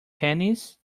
tennis